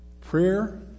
Prayer